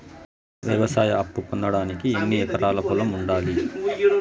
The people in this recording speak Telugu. వ్యవసాయ అప్పు పొందడానికి ఎన్ని ఎకరాల పొలం ఉండాలి?